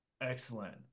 excellent